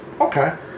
okay